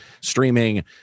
streaming